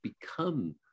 become